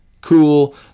cool